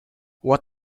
what